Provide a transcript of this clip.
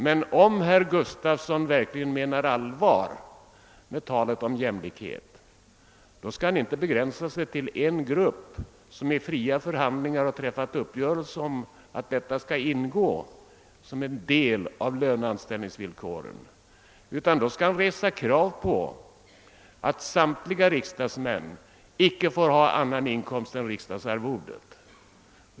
Men om herr Gustavsson verkligen menar allvar med talet om jämlikhet i detta sammanhang, bör han inte begränsa sig till en grupp som i fria förhandlingar har träffat uppgörelse om att detta skall ingå som en del av löne villkoren, utan då bör han resa krav på att samtliga riksdagsmän icke skall få ha annan inkomst än riksdagsarvodet.